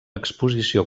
exposició